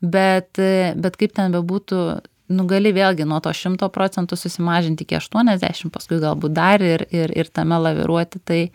bet bet kaip ten bebūtų nu gali vėlgi nuo to šimto procentų susimažinti iki aštuoniasdešim paskui galbūt dar ir ir tame laviruoti tai